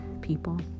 people